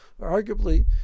Arguably